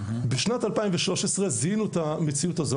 בשנת 2013 זיהינו את המציאות הזאת,